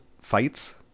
fights